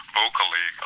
vocally